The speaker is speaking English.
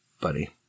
buddy